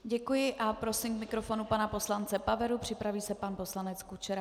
Děkuji a prosím k mikrofonu pana poslance Paveru, připraví se pan poslanec Kučera.